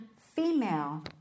female